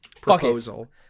proposal